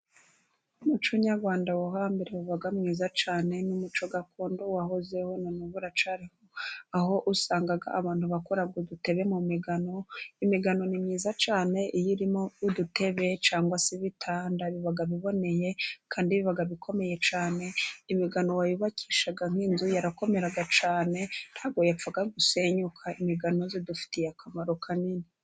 Umuco nyarwanda wo hambere wabaga mwiza cyane, n'umuco gakondo wahozeho nanubu uracyariho, aho wasangaga abantu bakora nk'udutebe mu migano. Imigano ni myiza cyane, iyo iri mu dutebe cangwa se ibitanda biba biboneye kandi biba bikomeye cyane, imigano iyo wayubakishaga nk'inzu yarakomeraga cyane ntabwo yapfaga gusenyuka imigano idufitiye akamaro kanini.